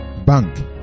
Bank